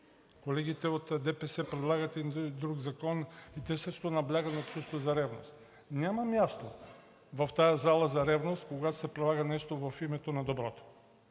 Колегите от ДПС предлагат един друг закон и те също наблягат на чувството за ревност. Няма място в тази зала за ревност, когато се предлага нещо в името на доброто.